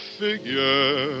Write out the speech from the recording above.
figure